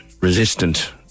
resistant